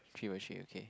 three by three okay